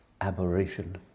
aberration